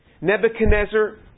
Nebuchadnezzar